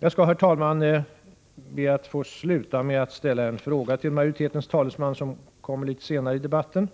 Jag skall, herr talman, be att få sluta med att ställa en fråga till majoritetens talesman herr Klöver, som kommer litet senare i debatten.